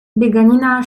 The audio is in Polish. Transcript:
bieganina